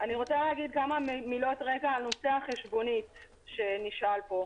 אני רוצה להגיד כמה מילות רקע על נושא החשבונית שנשאל פה.